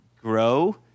grow